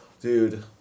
dude